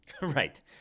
Right